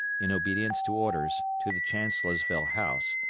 in obedience to orders, to the chancellorsville house,